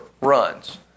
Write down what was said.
runs